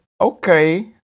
okay